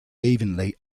evenly